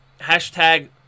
hashtag